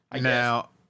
Now